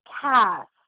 cast